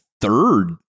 third